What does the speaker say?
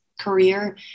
career